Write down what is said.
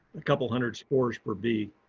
a couple hundred spores per bee.